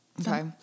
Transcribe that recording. Okay